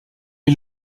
est